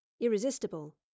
irresistible